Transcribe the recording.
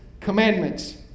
commandments